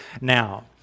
now